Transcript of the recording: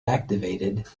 activated